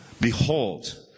Behold